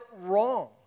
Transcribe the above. wrong